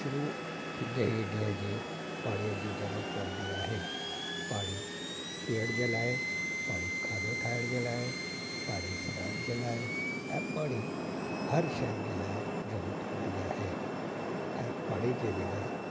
शुरू थींदे ई ॾींहं जी पाणीअ जी ज़रूरत पवंदी आहे पाणी पीअण जे लाइ पाणी खाधो ठाहिण जे लाइ पाणी सनान जे लाइ ऐं पाणी हर शयुनि जे लाइ ज़रूरत हूंदी आहे ऐं पाणी जे बग़ैर